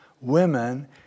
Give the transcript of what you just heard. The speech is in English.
women